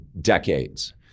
decades